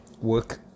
work